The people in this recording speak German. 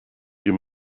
hier